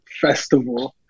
Festival